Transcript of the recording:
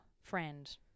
friend